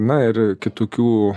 na ir kitokių